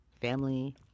family